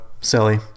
silly